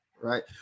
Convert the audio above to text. right